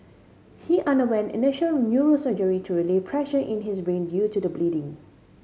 he underwent initial neurosurgery to relieve pressure in his brain due to the bleeding